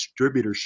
distributorship